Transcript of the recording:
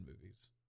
movies